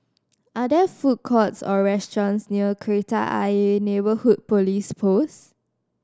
are there food courts or restaurants near Kreta Ayer Neighbourhood Police Post